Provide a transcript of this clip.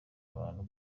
abantu